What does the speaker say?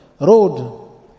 road